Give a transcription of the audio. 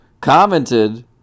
Commented